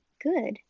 good